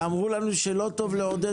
ואמרו לנו שלא טוב לעודד